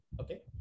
Okay